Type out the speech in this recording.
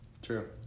True